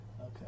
Okay